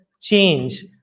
change